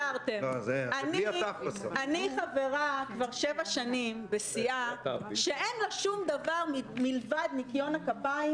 אני חברה כבר שבע שנים בסיעה שאין לה שום דבר מלבד ניקיון הכפיים,